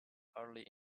early